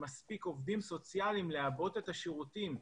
מספיק עובדים סוציאליים לעבות את השירותים.